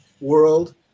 world